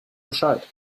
bescheid